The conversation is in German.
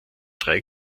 drei